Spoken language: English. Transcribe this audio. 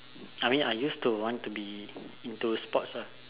I mean I used to want to be into sports ah